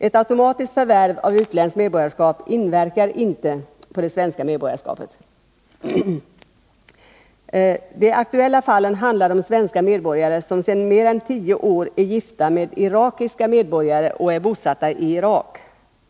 Ett automatiskt förvärv av utländskt medborgarskap inverkar inte på det svenska medborgarskapet. De aktuella fallen handlar om svenska medborgare som sedan mer än tio år 8 är gifta med irakiska medborgare och är bosatta i Irak.